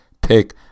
pick